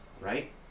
right